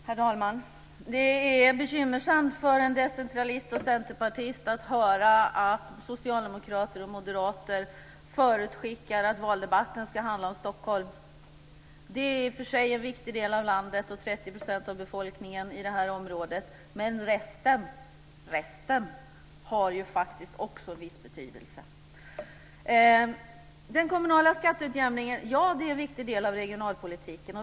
Herr talman! Det är bekymmersamt för en decentralist och centerpartist att höra att socialdemokrater och moderater förutskickar att valdebatten ska handla om Stockholm. Det är i och för sig en viktig del av landet. 30 % av befolkningen bor i det här området. Men resten har faktiskt också en viss betydelse. Det är riktigt att den kommunala skatteutjämningen är en viktig del av regionalpolitiken.